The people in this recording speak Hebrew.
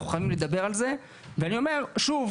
אנחנו חייבים לדבר על זה ואני אומר שוב,